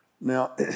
Now